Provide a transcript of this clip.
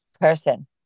person